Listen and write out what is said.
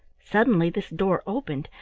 suddenly this door opened,